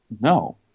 No